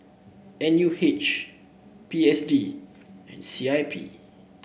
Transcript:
N U H P S D and C I P